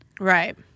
Right